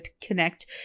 connect